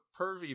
pervy